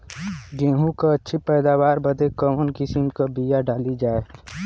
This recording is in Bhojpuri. गेहूँ क अच्छी पैदावार बदे कवन किसीम क बिया डाली जाये?